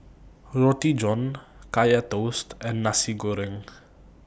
Roti John Kaya Toast and Nasi Goreng